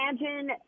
imagine